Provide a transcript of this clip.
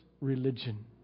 religion